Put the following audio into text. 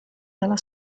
dalla